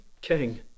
king